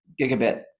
Gigabit